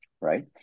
right